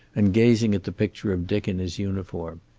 and gazing at the picture of dick in his uniform.